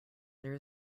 there